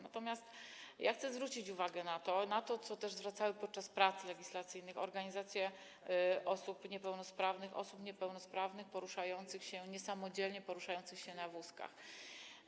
Natomiast chcę zwrócić uwagę na to, na co też zwracały uwagę podczas prac legislacyjnych organizacje osób niepełnosprawnych, osób niepełnosprawnych poruszających się niesamodzielnie, poruszających się na wózkach.